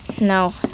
No